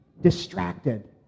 distracted